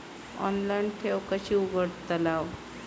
Online ठेव कशी उघडतलाव?